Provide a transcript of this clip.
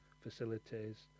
facilities